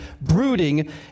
brooding